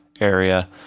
area